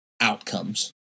outcomes